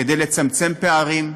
כדי לצמצם פערים,